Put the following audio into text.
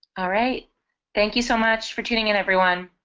all right thank you so much for tuning in everyone